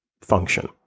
function